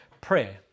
prayer